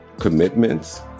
commitments